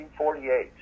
1948